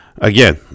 again